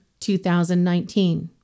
2019